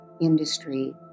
industry